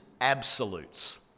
absolutes